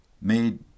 made